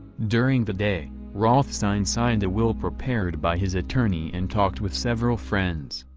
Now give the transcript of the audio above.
during the day, rothstein signed a will prepared by his attorney and talked with several friends.